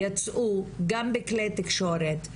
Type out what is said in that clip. יצאו גם בכלי התקשורת,